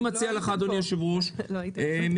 אני מציע לך אדוני היושב-ראש, מעבר